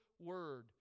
word